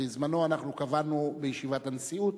בזמנו קבענו בישיבת הנשיאות